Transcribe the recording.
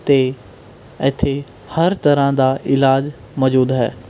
ਅਤੇ ਇੱਥੇ ਹਰ ਤਰ੍ਹਾਂ ਦਾ ਇਲਾਜ ਮੌਜੂਦ ਹੈ